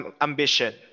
ambition